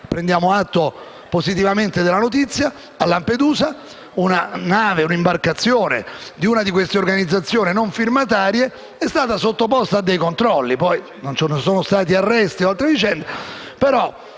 prendiamo atto positivamente della notizia secondo cui a Lampedusa un'imbarcazione di una di queste organizzazioni non firmatarie è stata sottoposta a controlli. Non ci sono stati arresti e altre vicende,